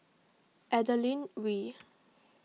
Adeline Ooi